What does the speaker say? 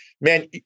man